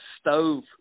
stove